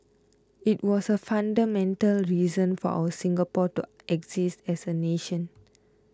it was the fundamental reason for our Singapore to exist as a nation